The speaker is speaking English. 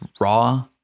raw